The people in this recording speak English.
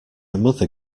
mother